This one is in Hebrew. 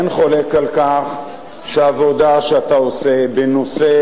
אין חולק על כך שהעבודה שאתה עושה בנושא